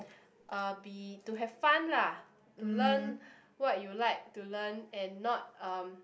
uh be to have fun lah to learn what you like to learn and not um